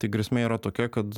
tai grėsmė yra tokia kad